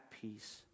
peace